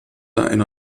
eine